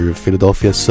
Philadelphia